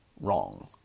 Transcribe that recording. wrong